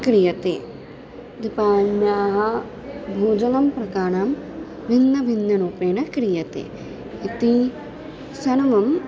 क्रियते दीपावल्याः भोजनं प्रकारं भिन्नभिन्नरूपेण क्रियते इति सर्वम्